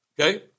Okay